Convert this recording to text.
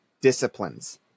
disciplines